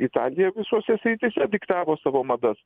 italija visose srityse diktavo savo madas